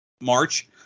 March